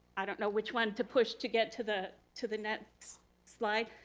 i don't know which one to push to get to the to the next slide.